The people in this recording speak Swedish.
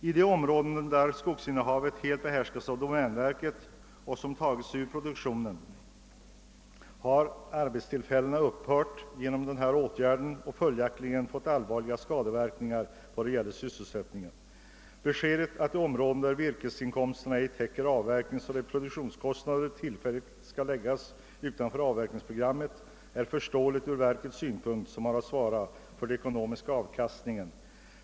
I de skogsområden som helt behärskas av domänverket och som tagits ur produktionen har arbetstillfällena upphört genom denna åtgärd, vilket följaktligen medfört allvarliga skadeverkningar när det gäller sysselsättningen. Beskedet att de områden där virkesinkomsterna ej täcker avverkningsoch reproduktionskostnader tillfälligt skall läggas utanför avverkningsprogrammet är förståeligt ur verkets synpunkt, eftersom verket har att svara för den ekonomiska avkastningen.